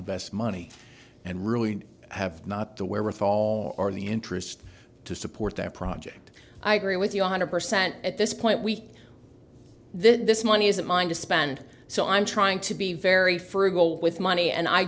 invest money and really have not the wherewithal or the interest to support their project i agree with you one hundred percent at this point we this money isn't mine to spend so i'm trying to be very frugal with money and i